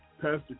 Pastor